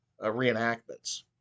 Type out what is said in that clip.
reenactments